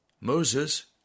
Moses